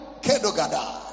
Kedogada